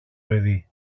παιδί